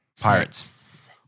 Pirates